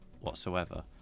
whatsoever